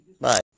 Bye